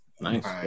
Nice